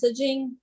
messaging